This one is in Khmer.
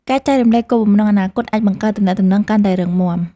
ការចែករំលែកគោលបំណងអនាគតអាចបង្កើតទំនាក់ទំនងកាន់តែរឹងមាំ។